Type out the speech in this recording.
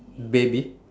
baby